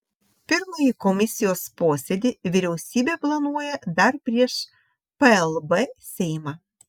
pirmąjį komisijos posėdį vyriausybė planuoja dar prieš plb seimą